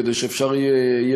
כדי שיהיה אפשר,